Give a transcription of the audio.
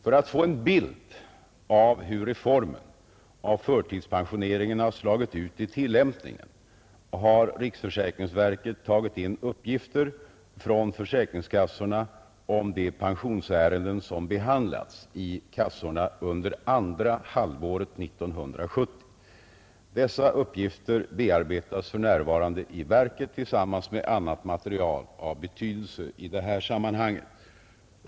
För att få en bild av hur reformen av förtidspensioneringen slagit ut i tillämpningen har riksförsäkringsverket tagit in uppgifter från försäkringskassorna om de pensionsärenden som behandlats i kassorna under andra halvåret 1970. Dessa uppgifter bearbetas för närvarande i verket tillsammans med annat material av betydelse i sammanhanget.